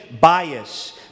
bias